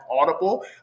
Audible